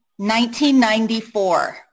1994